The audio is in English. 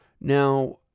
Now